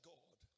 God